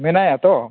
ᱢᱮᱱᱟᱭᱟ ᱛᱚ